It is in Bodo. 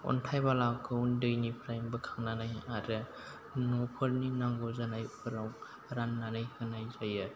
अन्थाइ बालाखौ दैनिफ्राइ बोखांनानै आरो न'फोरनि नांगौ जानायफोराव रान्नानै होन्नाय जायो